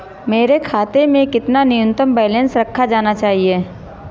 मेरे खाते में कितना न्यूनतम बैलेंस रखा जाना चाहिए?